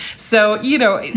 so, you know,